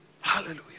hallelujah